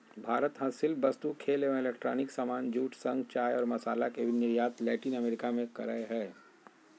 भारत हस्तशिल्प वस्तु, खेल एवं इलेक्ट्रॉनिक सामान, जूट, शंख, चाय और मसाला के भी निर्यात लैटिन अमेरिका मे करअ हय